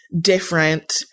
different